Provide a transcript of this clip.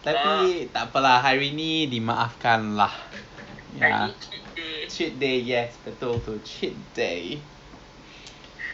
uh kita punya keluarga or okay no lah no lah ah shares lah stock market lah eh